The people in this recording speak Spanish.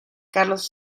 carlos